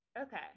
okay